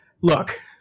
look